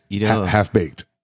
Half-baked